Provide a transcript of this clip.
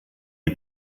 die